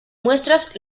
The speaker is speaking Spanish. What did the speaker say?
muestras